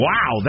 Wow